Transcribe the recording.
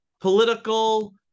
political